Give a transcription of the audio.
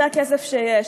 זה הכסף שיש.